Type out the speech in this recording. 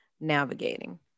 navigating